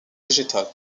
végétales